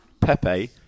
Pepe